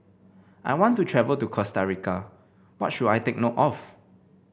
I want to travel to Costa Rica what should i take note of